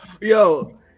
yo